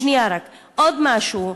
רק שנייה, עוד משהו.